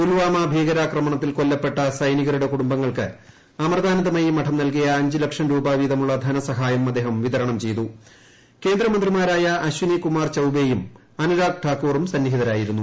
പുൽവാമ ഭീകരാക്രമണത്തിൽകൊല്ലപ്പെട്ട സൈനികരുടെകുടുംബങ്ങൾക്ക്അമൃതാനന്ദമയീ മഠം നൽകിയ അഞ്ച്ലക്ഷംരൂപ വീതമുള്ള ധനസഹായംഅദ്ദേഹംവിതരണംചെ കേന്ദ്രമന്ത്രിമാരായഅശ്വനി കുമാർചൌബെയും അനുരാഗ്താക്കൂറുംസന്നിഹിത്രാ്യിരുന്നു